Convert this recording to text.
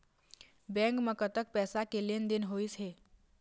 Bank म कतक पैसा के लेन देन होइस हे?